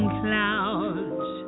clouds